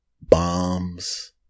bombs